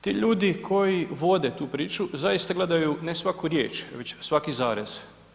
Ti ljudi koji vode tu priču, zaista gledaju, ne svaku riječ već svaki zarez.